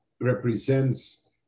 represents